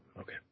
Okay